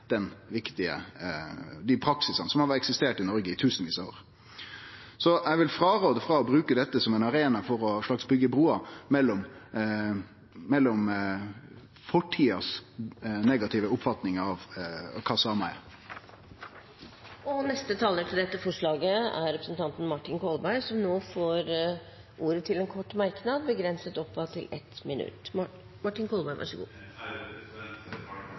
dei praksisane som har eksistert i Noreg i tusenvis av år. Eg vil rå ifrå å bruke dette som ein arena for å byggje bruer mellom fortidas negative oppfatning av samar. Representanten Martin Kolberg har hatt ordet to ganger tidligere og får ordet til en kort merknad, begrenset til 1 minutt.